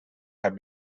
have